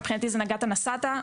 מבחינתי זה נגעת נסעת,